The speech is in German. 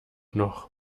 noch